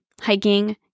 Hiking